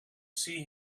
see